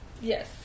Yes